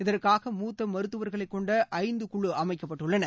இதற்காக மூத்த மருத்துவர்களை கொண்ட ஐந்து குழு அமைக்கப்பட்டுள்ளன